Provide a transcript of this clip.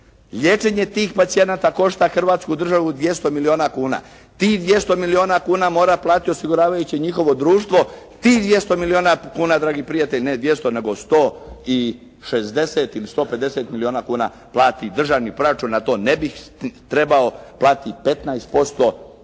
Liječenje tih pacijenata košta Hrvatsku državu 200 milijuna kuna. Tih 200 milijuna kuna mora platiti osiguravajuće njihovo društvo, tih 200 milijuna kuna dragi prijatelji, ne 200 nego 160 ili 150 milijuna kuna plati državni proračun a to ne bi trebao platiti 15% oni